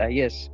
yes